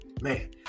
man